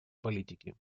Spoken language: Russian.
политики